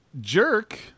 Jerk